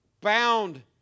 bound